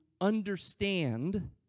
understand